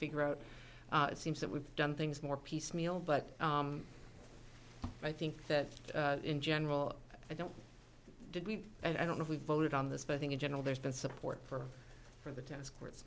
figure out it seems that we've done things more piecemeal but i think that in general i don't and i don't know if we voted on this but i think in general there's been support for from the tennis courts